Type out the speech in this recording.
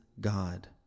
God